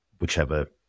whichever